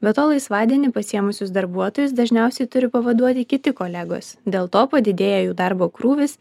be to laisvadienį pasiėmusius darbuotojus dažniausiai turi pavaduoti kiti kolegos dėl to padidėja jų darbo krūvis